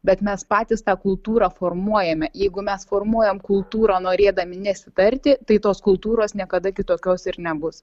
bet mes patys tą kultūrą formuojame jeigu mes formuojam kultūrą norėdami nesitarti tai tos kultūros niekada kitokios ir nebus